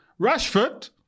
Rashford